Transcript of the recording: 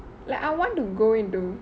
like I want to go into